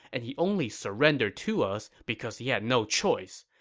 and he only surrendered to us because he had no choice.